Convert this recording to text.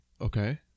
Okay